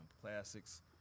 classics